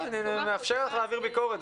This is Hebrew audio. אני מאפשר לך להעביר ביקורת,